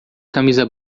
camisa